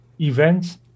events